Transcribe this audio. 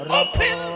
open